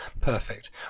perfect